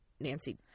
Nancy